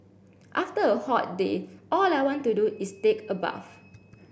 after a hot day all I want to do is take a bath